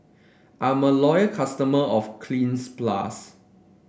I'm a loyal customer of Cleanz Plus